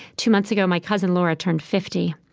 two months ago, my cousin laura turned fifty,